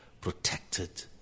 protected